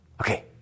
okay